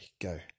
Go